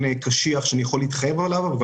קשיח שאני יכול להתחייב עליו.